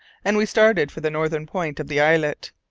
and we started for the northern point of the islet.